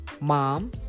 mom